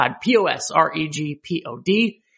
P-O-S-R-E-G-P-O-D